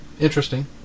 Interesting